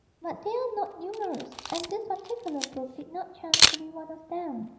but they are not numerous, and this particular book did not chance to be one of them.